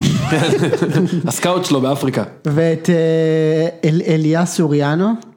הסקאוט שלו באפריקה. ואת אליה סוריאנו?